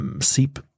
seep